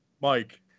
Mike